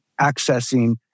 accessing